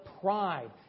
pride